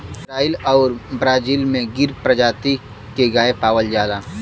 Israel आउर Brazil में गिर परजाती के गाय पावल जाला